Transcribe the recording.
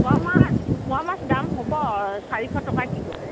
মোৱা মাছ মোৱা মাছ দাম হ'ব চাৰিশ টকা কিল'